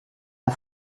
der